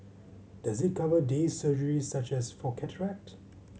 does it cover day surgery such as for cataract